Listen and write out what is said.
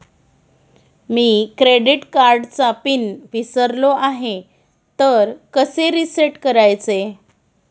मी credit कार्डचा PIN विसरलो आहे तर कसे रीसेट करायचे?